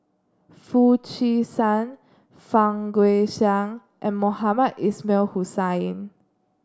Foo Chee San Fang Guixiang and Mohamed Ismail Hussain